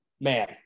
man –